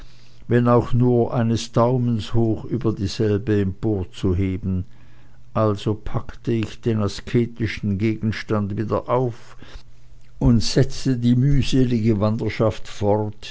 wenn auch nur eines daumens hoch über dieselbe emporzuheben also packte ich den asketischen gegenstand wieder auf und setzte die mühselige wanderschaft fort